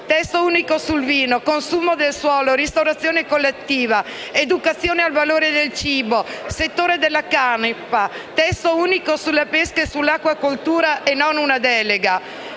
testo unico sul vino; consumo del suolo; ristorazione collettiva; educazione al valore del cibo; settore della canapa; testo unico sulla pesca e sull'acquacoltura (e non una delega);